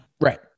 Right